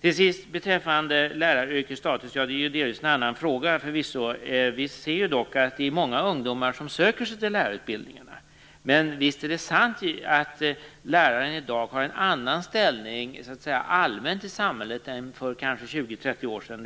Till sist vill jag beröra läraryrkets status. Det är förvisso delvis en annan fråga. Vi ser att det är många ungdomar som söker sig till lärarutbildningarna. Men visst är det sant att lärare i dag har en annan ställning allmänt i samhället än för kanske 20-30 år sedan.